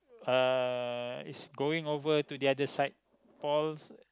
uh is going over to the other side Paul's